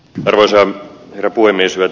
hyvät edustajat